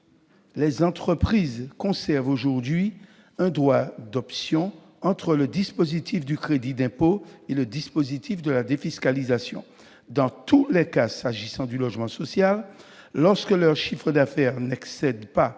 Les entreprises conservent aujourd'hui un droit d'option entre le dispositif du crédit d'impôt et le dispositif de la défiscalisation : dans tous les cas s'agissant du logement social ; dans le seul cas où leur chiffre d'affaires n'excède pas